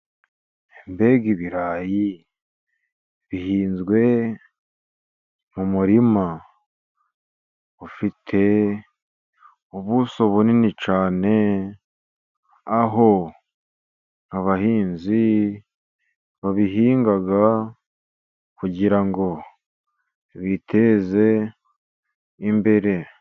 Mbega ibirayi! Bihinzwe mu murima ufite ubuso bunini cyane, aho abahinzi babihinga kugira ngo biteze imbere.